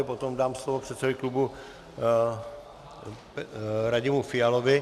Potom dám slovo předsedovi klubu Radimu Fialovi.